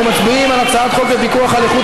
אנחנו מצביעים על הצעת חוק לפיקוח על איכות